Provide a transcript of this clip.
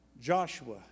Joshua